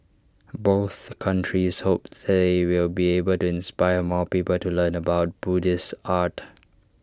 both countries hope they will be able to inspire more people to learn about Buddhist art